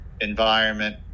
environment